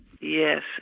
Yes